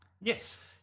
Yes